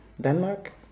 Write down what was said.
Denmark